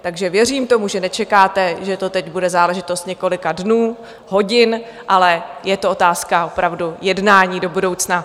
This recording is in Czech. Takže věřím tomu, že nečekáte, že to teď bude záležitost několika dnů, hodin, ale je to otázka opravdu jednání do budoucna.